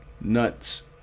nuts